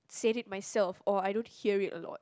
said it myself or I don't hear it a lot